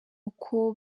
uko